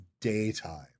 daytime